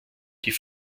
die